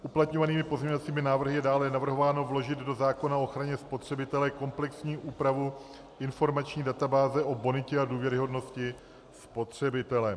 Uplatňovanými pozměňovacími návrhy je dále navrhováno vložit do zákona o ochraně spotřebitele komplexní úpravu informační databáze o bonitě a důvěryhodnosti spotřebitele.